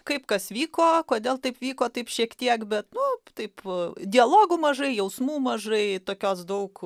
kaip kas vyko kodėl taip vyko taip šiek tiek bet nu taip dialogų mažai jausmų mažai tokios daug